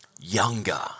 younger